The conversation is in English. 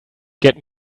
get